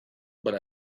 but